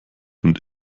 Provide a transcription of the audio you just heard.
und